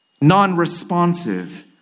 non-responsive